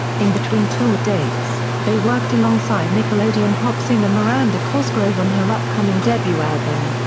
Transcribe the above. in between tour dates, they worked alongside nickelodeon pop singer miranda cosgrove on her upcoming debut album,